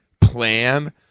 plan